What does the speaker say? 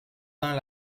tant